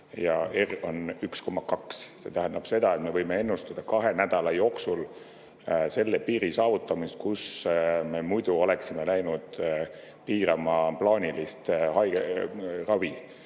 ja R on 1,2. See tähendab seda, et me võime ennustada kahe nädala jooksul selle piiri saavutamist, kus me muidu oleksime läinud piirama plaanilist ravi.